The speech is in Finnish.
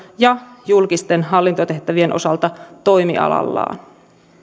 ja julkisten hallintotehtävien osalta toimialallaan